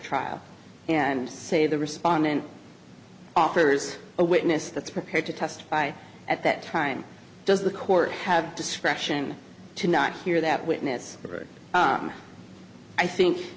trial and say the respondent offers a witness that's prepared to testify at that time does the court have discretion to not hear that witness but i think